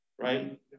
right